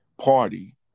party